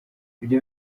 ibyo